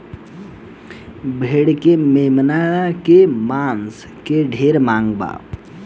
भेड़ के मेमना के मांस के ढेरे मांग बा